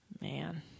man